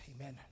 amen